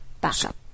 backup